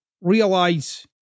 realize